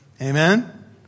Amen